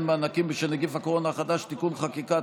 מענקים בשל נגיף הקורונה החדש (תיקוני חקיקה),